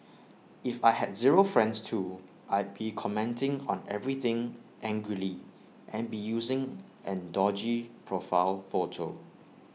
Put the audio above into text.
if I had zero friends too I'd be commenting on everything angrily and be using an dodgy profile photo